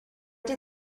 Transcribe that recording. did